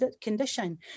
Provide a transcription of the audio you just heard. condition